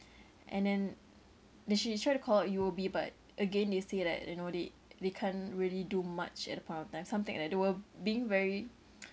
and then then the she try to call up U_O_B but again they say that you know they they can't really do much at the point of time something like they were being very